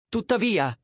Tuttavia